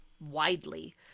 widely